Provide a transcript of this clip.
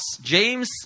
James